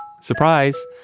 Surprise